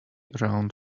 around